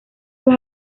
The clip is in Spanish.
las